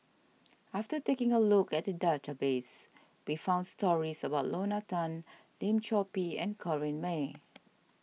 after taking a look at the database we found stories about Lorna Tan Lim Chor Pee and Corrinne May